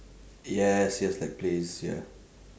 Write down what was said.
yes yes like plays ya